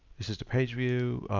this is the page view.